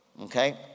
okay